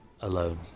Alone